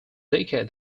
decade